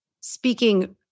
speaking